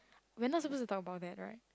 we are not supposed to talk about that right